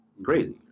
Crazy